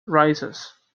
rises